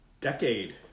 decade